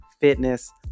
fitness